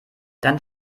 dann